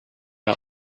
out